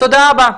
תודה רבה.